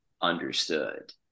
understood